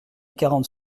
quarante